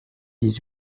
dix